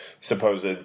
supposed